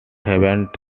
haven’t